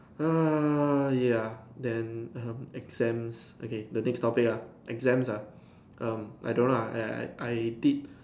err ya then um exams okay the next topic ah exams ah um I don't know I I I did